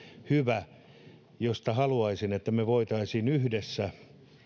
hyvä haluaisin että me voisimme yhdessä